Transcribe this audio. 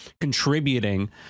contributing